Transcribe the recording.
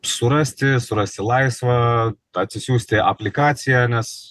surasti surasti laisvą atsisiųsti aplikaciją nes